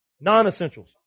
non-essentials